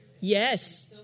Yes